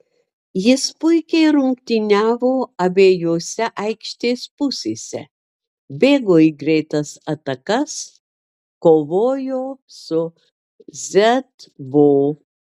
jis puikiai rungtyniavo abejose aikštės pusėse bėgo į greitas atakas kovojo su z bo